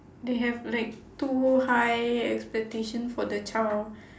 they have like too high expectation for the child